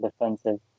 defensive